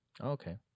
Okay